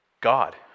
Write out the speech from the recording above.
God